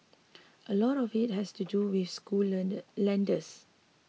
a lot of it has to do with school lender lenders